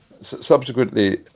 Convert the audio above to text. Subsequently